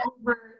over